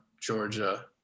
Georgia